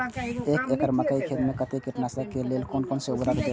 एक एकड़ मकई खेत में कते कीटनाशक के लेल कोन से उर्वरक देव?